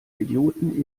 idioten